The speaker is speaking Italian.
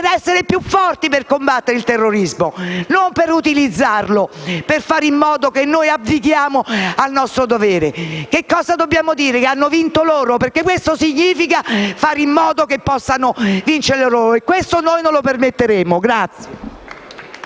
essere più forti nel combattere il terrorismo e non strumentalizzarlo per abdicare al nostro dovere. Cosa dobbiamo dire? Che hanno vinto loro? Perché questo significa fare in modo che possano vincere loro e questo noi non lo permetteremo.